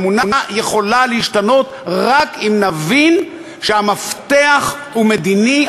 התמונה יכולה להשתנות רק אם נבין שהמפתח הוא מדיני,